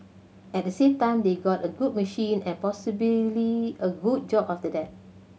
at the same time they got a good machine and possibly a good job after that